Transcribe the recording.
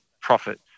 profit